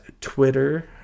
Twitter